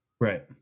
right